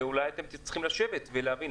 ואולי אתם צריכים לשבת ולהבין.